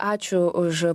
ačiū už